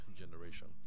generation